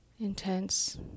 intense